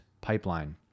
pipeline